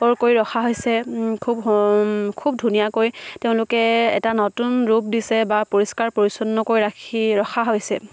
ৰখা হৈছে খুব খুব ধুনীয়াকৈ তেওঁলোকে এটা নতুন ৰূপ দিছে বা পৰিষ্কাৰ পৰিচ্ছন্নকৈ ৰখা হৈছে